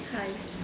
hi